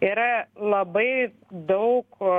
yra labai daug